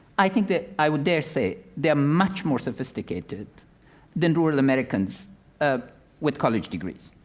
i think that i would dare say, they're much more sophisticated than rural americans ah with college degrees